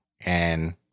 and-